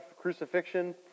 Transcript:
crucifixion